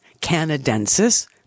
canadensis